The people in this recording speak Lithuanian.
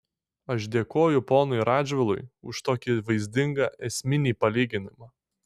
aš dėkoju ponui radžvilui už tokį vaizdingą esminį palyginimą